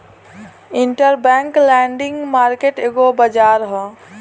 interbank lending market एगो बाजार ह